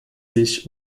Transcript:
sich